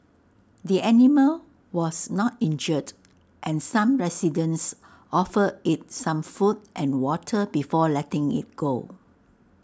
the animal was not injured and some residents offered IT some food and water before letting IT go